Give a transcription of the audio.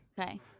Okay